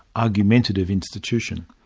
argumentative institution.